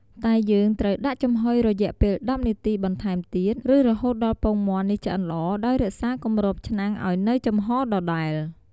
តែយើងត្រូវដាក់ចំហុយរយៈពេល១០នាទីបន្ថែមទៀត ឬរហូតដល់ពងមាន់នេះឆ្អិនល្អដោយរក្សាគម្របឆ្នាំងឲ្យនូវចំហរដដែល។